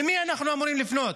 למי אנחנו אמורים לפנות?